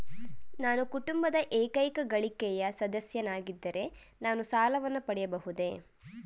ನಾನು ಕುಟುಂಬದ ಏಕೈಕ ಗಳಿಕೆಯ ಸದಸ್ಯನಾಗಿದ್ದರೆ ನಾನು ಸಾಲವನ್ನು ಪಡೆಯಬಹುದೇ?